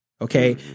Okay